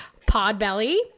Podbelly